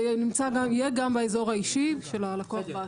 זה יהיה גם באזור האישי של הלקוח באתר.